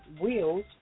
wheels